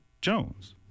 Jones